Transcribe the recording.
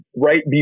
right